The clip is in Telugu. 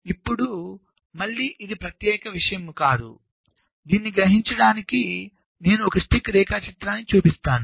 ఇప్పుడు మళ్ళీ ఇది ప్రత్యేకమైన విషయం కాదు కాబట్టి దీనిని గ్రహించడానికి నేను ఒక స్టిక్ రేఖాచిత్రాన్ని చూపిస్తాను